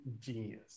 genius